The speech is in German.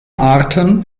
arten